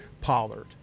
Pollard